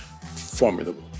formidable